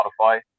spotify